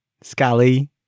Scally